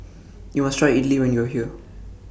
YOU must Try Idly when YOU Are here